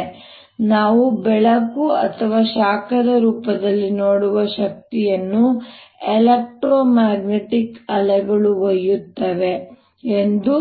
ಹಾಗಾಗಿ ನಾವು ಬೆಳಕು ಅಥವಾ ಶಾಖದ ರೂಪದಲ್ಲಿ ನೋಡುವ ಶಕ್ತಿಯನ್ನು ಎಲಕ್ಟ್ರೋ ಮ್ಯಾಗ್ನೆಟಿಕ್ ಅಲೆಗಳು ಒಯ್ಯುತ್ತವೆ ಎಂದು